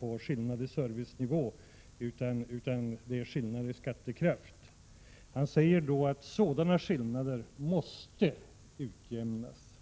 på skillnader i servicenivå utan på skillnader i skattekraft. Han säger att sådana skillnader måste utjämnas.